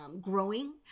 growing